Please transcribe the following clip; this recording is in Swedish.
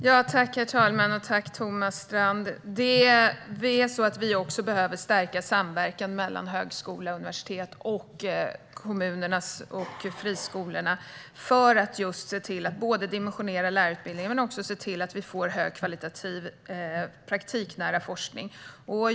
Herr talman! Vi behöver stärka samverkan mellan högskola och universitet och kommuner och friskolor för att dimensionera lärarutbildningen och för att få högkvalitativ praktiknära forskning.